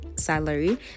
salary